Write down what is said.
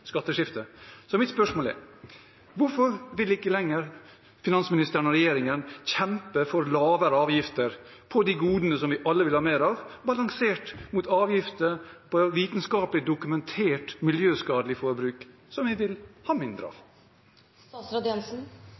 Så mitt spørsmål er: Hvorfor vil ikke lenger finansministeren og regjeringen kjempe for lavere avgifter på de godene som vi alle vil ha mer av, balansert mot avgifter på vitenskapelig dokumentert miljøskadelig forbruk, som vi vil ha mindre